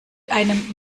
einem